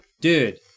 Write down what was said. Dude